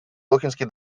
дохинский